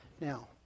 Now